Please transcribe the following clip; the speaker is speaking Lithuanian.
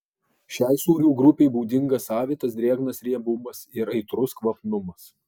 šiai sūrių grupei būdingas savitas drėgnas riebumas ir aitrus kvapnumas